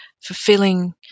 fulfilling